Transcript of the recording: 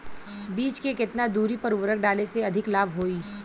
बीज के केतना दूरी पर उर्वरक डाले से अधिक लाभ होई?